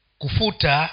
kufuta